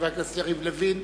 חבר הכנסת יריב לוין,